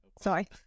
sorry